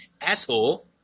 asshole